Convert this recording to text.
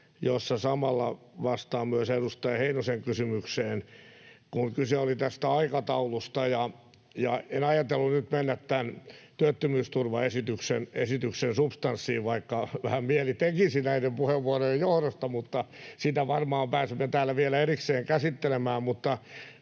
ja samalla vastaan myös edustaja Heinosen kysymykseen, kun kyse oli tästä aikataulusta. En ajatellut nyt mennä tämän työttömyysturvaesityksen substanssiin, vaikka vähän mieli tekisi näiden puheenvuorojen johdosta — sitä varmaan pääsemme täällä vielä erikseen käsittelemään